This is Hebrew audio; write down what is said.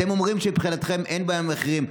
אתם אומרים שמבחינתכם אין בעיה עם המחירים.